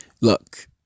Look